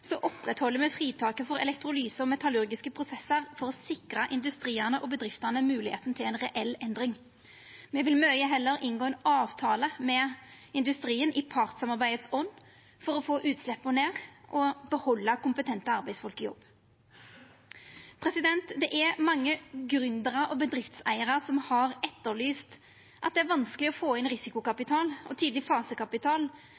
Så sjølv om Arbeidarpartiet, òg i vårt alternative budsjett, aukar CO 2 -avgifta – faktisk meir enn regjeringa – opprettheld me fritaket for elektrolyse og metallurgiske prosessar for å sikra industriane og bedriftene moglegheita til ei reell endring. Me vil mykje heller inngå ein avtale med industrien – i partssamarbeidets ånd – for å få utsleppa ned og behalda kompetente arbeidsfolk i jobb. Det er mange gründerar og bedriftseigarar som